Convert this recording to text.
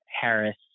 Harris